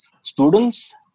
students